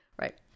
Right